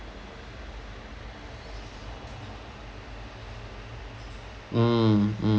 mm mm